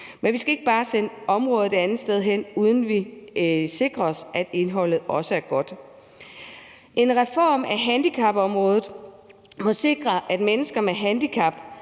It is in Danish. vi skal ikke bare sende området et andet sted end, uden at vi sikrer os, at indholdet også er godt. En reform af handicapområdet må sikre, at mennesker med handicap